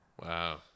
Wow